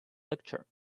lecture